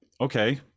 okay